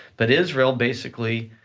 but israel basically,